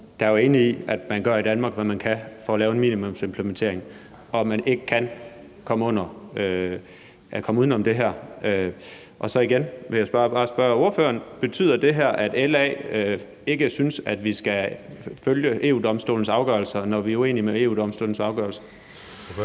Der er enighed om, at man gør, hvad man kan i Danmark for at lave en minimumsimplementering, og at man ikke kan komme uden om det her. Så vil jeg igen bare spørge ordføreren, om det her betyder, at LA ikke synes, at vi skal følge EU-Domstolens afgørelser, når vi er uenige i EU-Domstolens afgørelser?